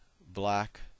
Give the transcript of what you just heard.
black